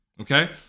Okay